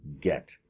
get